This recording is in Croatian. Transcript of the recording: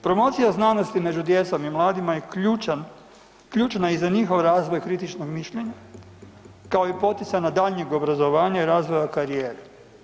Promocija znanosti među djecom i mladima je ključan, ključna i za njihov razvoj kritičnog mišljenja kao i poticaj na daljnjeg obrazovanja i razvoja karijere.